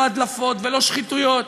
לא הדלפות ולא שחיתויות.